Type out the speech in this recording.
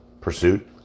pursuit